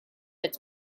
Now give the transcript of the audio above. its